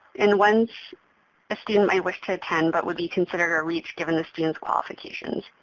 and ones a student might wish to attend but would be considered a reach given the student's qualifications.